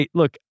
look